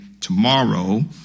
tomorrow